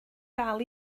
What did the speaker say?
dal